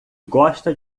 gosta